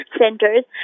centers